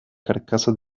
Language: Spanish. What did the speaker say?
carcasa